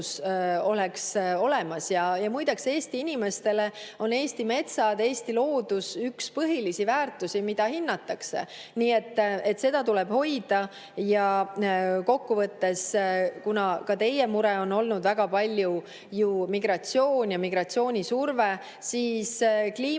oleks olemas. Ja muideks, Eesti inimestele on Eesti metsad, Eesti loodus üks põhilisi väärtusi, mida hinnatakse, nii et seda tuleb hoida. Kokkuvõttes, kuna teie mure on olnud väga palju ju migratsioon ja migratsioonisurve, siis